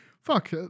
Fuck